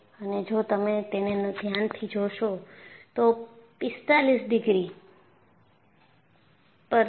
અને જો તમે તેને ધ્યાનથી જોશો તો 45 ડિગ્રી પર છે